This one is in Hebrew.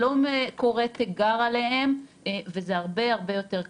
שלא קורא תיגר עליהם וזה הרבה-הרבה יותר קל.